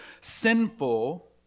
sinful